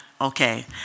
okay